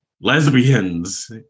lesbians